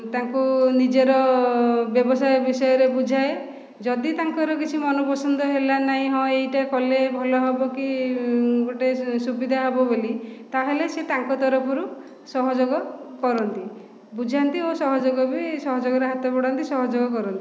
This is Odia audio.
ତାଙ୍କୁ ନିଜର ବ୍ୟବସାୟ ବିଷୟରେ ବୁଝାଏ ଯଦି ତାଙ୍କର କିଛି ମନ ପସନ୍ଦ ହେଲା ନାଇଁ ହଁ ଏଇଟା କଲେ ଭଲ ହବ କି ଗୋଟେ ସୁବିଧା ହେବ ବୋଲି ତାହେଲେ ସେ ତାଙ୍କ ତରଫରୁ ସହଯୋଗ କରନ୍ତି ବୁଝାନ୍ତି ଓ ସହଯୋଗ ବି ସହଯୋଗର ହାତ ବଢ଼ାନ୍ତି ସହଯୋଗ କରନ୍ତି